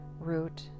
root